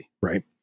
right